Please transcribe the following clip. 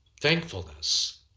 Thankfulness